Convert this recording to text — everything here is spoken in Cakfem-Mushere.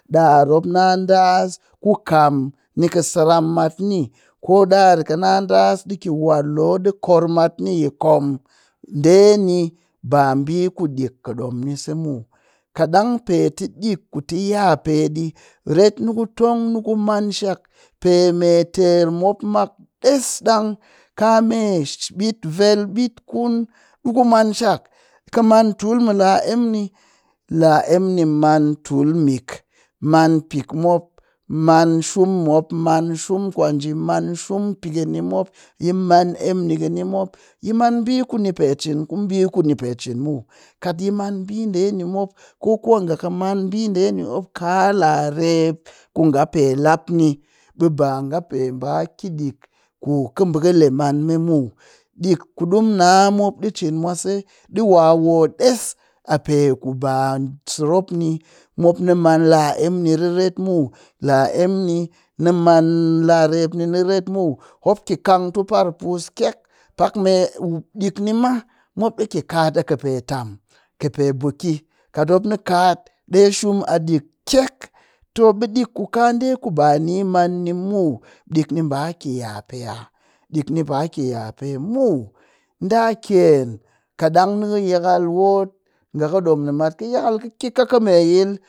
Ɗar mop ɗass ku kam ni saram matni ko ɗar kɨ na ɗas ɗiki war loo ɗi kor matni kom ɗeni ba ɓii ku ɗik kɨ ɗom ni se muw kaɗang pe tɨ ɗik ku ti yape ɗi ret ni ku tong ku manshak peme ter mop mak ɗes ɗang kame ɓit vel ɓit kun ɓe ku manshak kɨ man tul mɨ la emmni laemmni man tul mik man pik mop man shum mop man, kwanjii man shum pikɨn ni mop yi man emnikɨn ni mop yi man ɓi nipe cin ku ɓi kuni pe cin muw. Kat yi man ɓi ɗe ni mop ko kwa nga kɨ man ɓi ɗe ni mop kaa larep ku nga pe lapni ɓe ba nga pe ki ɗik ku kɨ ba kɨ le manme muw. Dik ku ɗimu na mop kɨ cin mwase ɗi wa woo ɗes a pe kubaa sirop ni mop ni man la emmni riret muw, la emmni ni man la rep ni riret muw, mop ki kangtu parpus kyek. Pak me ɗik ma mop ɗi ki kat a pe tam kɨ pe buki kat mop ni kat ɗe shum a ɗik kyek, too ɓe ɗik ku kaɗe ku bani man ni muw ɗik ɓa ki yape'a ɗik ɓa ki yape muw, di a kyen katɗang nikɨ yakal woot nga kɨ ɗom nimat kɨ yakal ka ki ka kɨ meyil